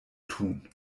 tun